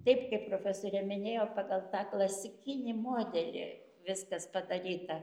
taip kaip profesorė minėjo pagal tą klasikinį modelį viskas padaryta